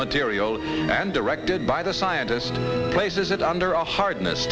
material then directed by the scientist places it under a hardness